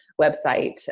website